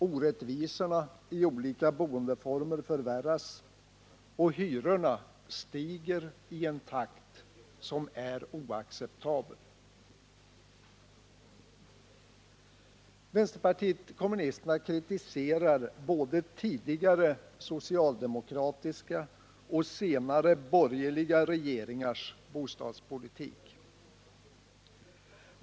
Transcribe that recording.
Orättvisorna i olika boendeformer förvärras, och hyrorna stiger i en takt som är helt oacceptabel. Vpk kritiserar både tidigare socialdemokratiska och senare borgerliga regeringars bostadspolitik.